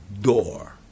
door